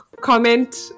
comment